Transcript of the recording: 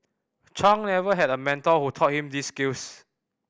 Chung never had a mentor who taught him these skills